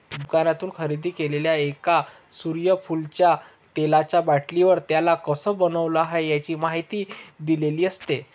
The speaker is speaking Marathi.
दुकानातून खरेदी केलेल्या एका सूर्यफुलाच्या तेलाचा बाटलीवर, त्याला कसं बनवलं आहे, याची माहिती दिलेली असते